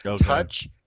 touch